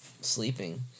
sleeping